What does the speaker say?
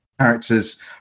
characters